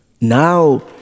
Now